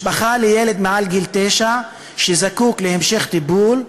משפחה לילד מעל גיל תשע שזקוק להמשך טיפול,